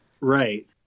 Right